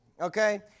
okay